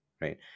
right